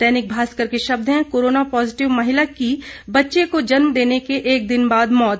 दैनिक भास्कर के शब्द हैं कोरोना पॉजीटिव महिला की बच्चे को जन्म देने के एक दिन बाद मौत